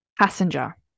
Passenger